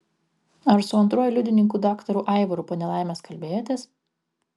ar su antruoju liudininku daktaru aivaru po nelaimės kalbėjotės